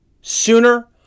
sooner